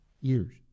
years